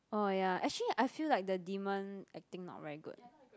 oh ya actually I feel like the demon acting not very good